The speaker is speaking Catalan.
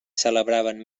celebraven